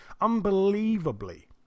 unbelievably